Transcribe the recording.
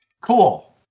Cool